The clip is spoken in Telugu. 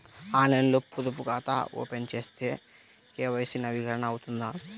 ఆన్లైన్లో పొదుపు ఖాతా ఓపెన్ చేస్తే కే.వై.సి నవీకరణ అవుతుందా?